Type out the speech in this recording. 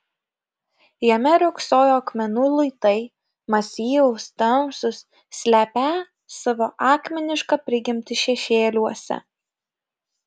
jame riogsojo akmenų luitai masyvūs tamsūs slepią savo akmenišką prigimtį šešėliuose